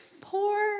Poor